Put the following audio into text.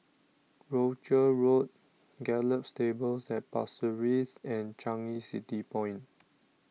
Rochor Road Gallop Stables at Pasir Ris and Changi City Point